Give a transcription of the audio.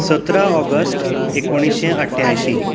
सतरा ऑगश्ट एकुणीशें अठ्ठ्यायशीं